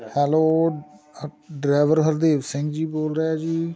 hello ਹ driver Hardeep Singh ji ਬੋਲ ਰਹੇ ਹੈ ਜੀ